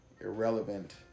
irrelevant